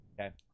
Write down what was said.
Okay